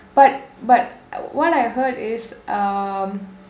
but but what I heard is um